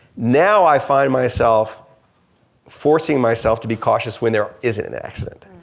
now i find myself forcing myself to be cautious when there isn't an accident.